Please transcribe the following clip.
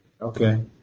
Okay